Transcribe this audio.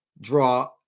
draw